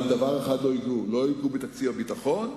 אבל לא ייגעו בדבר אחד: לא ייגעו בתקציב הביטחון,